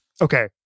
Okay